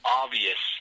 obvious